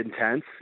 intense